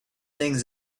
things